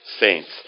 saints